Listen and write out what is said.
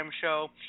show